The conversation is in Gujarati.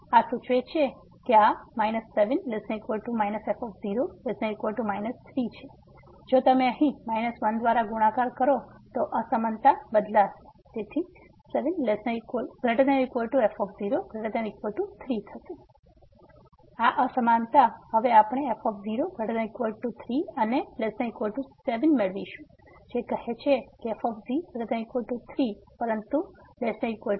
તેથી આ સૂચવે છે કે આ 7≤ f0≤ 3 તેથી જો તમે અહીં 1 દ્વારા ગુણાકાર કરો છો તો અસમાનતા બદલાશે તેથી 7≥f0≥3 તેથી આ અસમાનતા હવે આપણે f0≥3 અને ≤7 મેળવીશું જે કહે છે કે f03 પરંતુ ≤7